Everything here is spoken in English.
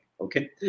Okay